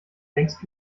längst